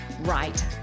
right